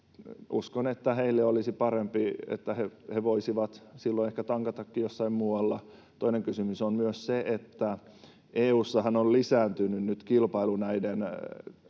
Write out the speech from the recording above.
uskon, että heille olisi parempi, että he voisivat silloin ehkä tankatakin jossain muualla. Toinen kysymys on myös siitä, että EU:ssahan on lisääntynyt nyt kilpailu näiden